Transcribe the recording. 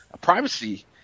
privacy